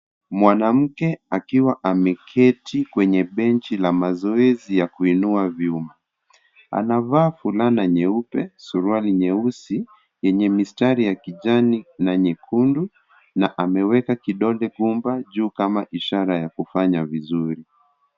Mwanamke akiwa ameketi kwenye benchi la mazoezi ya kuinua vyuma, anavaa fulana nyeupe, suruali nyeusi yenye mistari ya kijani na nyekundu na ameweka kidole gumba juu kama ishara ya kufanya vizuri.